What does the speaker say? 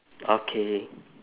okay